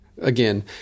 Again